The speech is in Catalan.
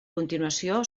continuació